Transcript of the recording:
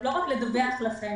לא רק לדווח לכם,